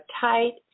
tight